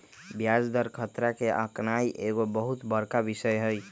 ब्याज दर खतरा के आकनाइ एगो बहुत बड़का विषय हइ